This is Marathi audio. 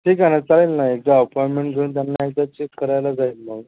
ठीक आहे चालेल ना एकदा अपॉइंटमेंट घेऊन त्यांना एकदा चेक करायला जाईल मग